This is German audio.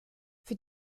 für